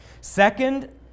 Second